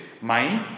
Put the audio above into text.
mind